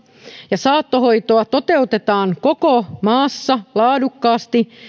ja saattohoitoa toteutetaan koko maassa laadukkaasti